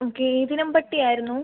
okay ഏത് ഇനം പട്ടിയായിരുന്നു